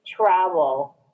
travel